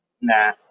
Nah